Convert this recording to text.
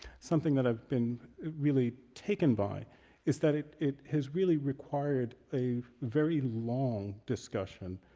something that i've been really taken by is that it it has really required a very long discussion,